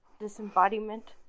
disembodiment